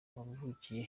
wavukiye